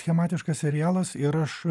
schematiškas serialas ir aš